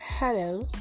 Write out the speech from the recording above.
Hello